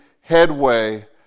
headway